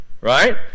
Right